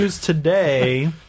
today